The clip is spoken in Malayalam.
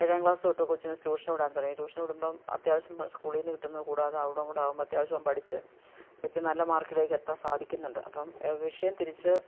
എഴാം ക്ലാസ് തൊട്ട് കൊച്ചിന് ട്യൂഷന് വിടാൻ തുടങ്ങി ട്യൂഷന് വിടുമ്പം അത്യാവശ്യം സ്കൂളിൽ നിന്ന് കിട്ടുന്ന കൂടാതെ അവിടം കൂടാകുമ്പോൾ അത്യാവശ്യം പഠിച്ചു എത്തി നല്ല മാർക്കിലേക്ക് എത്താൻ സാധിക്കുന്നുണ്ട് അപ്പം വിഷയം തിരിച്ചു